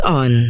on